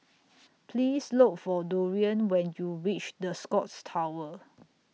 Please Look For Dorian when YOU REACH The Scotts Tower